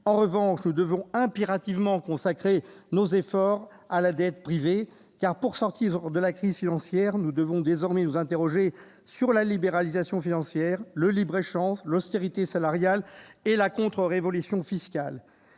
du pays. Nous devons impérativement faire porter nos efforts sur la dette privée, car, en vue de sortir de la crise financière, il convient désormais de s'interroger sur la libéralisation financière, le libre-échange, l'austérité salariale et la contre-révolution fiscale.